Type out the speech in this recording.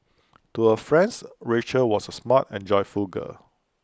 to her friends Rachel was smart and joyful girl